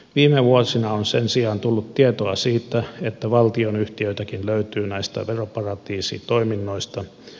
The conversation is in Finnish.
viime vuosina on sen sijaan tullut tietoa siitä että valtionyhtiöitäkin löytyy näistä veroparatiisitoiminnoista